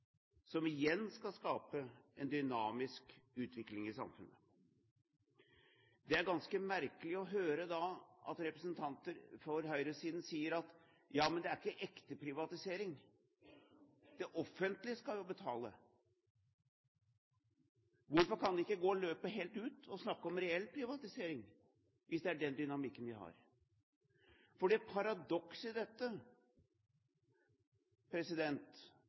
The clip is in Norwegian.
som igjen skal skape en dynamisk utvikling i samfunnet. Det er ganske merkelig da å høre representanter for høyresiden si at det ikke er ekte privatisering; det offentlige skal jo betale. Hvorfor kan de ikke gå løpet helt ut og snakke om reell privatisering, hvis det er den dynamikken vi har. Paradokset i dette